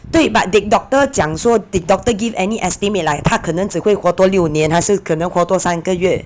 对 but did doctor 讲说 did doctor give any estimate like 她可能只会活多六年还是可能活多三个月